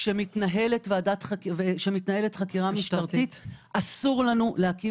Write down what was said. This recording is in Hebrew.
כשמתנהלת חקירה משטרתית אסור לנו להקים